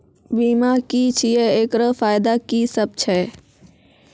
बीमा की छियै? एकरऽ फायदा की सब छै?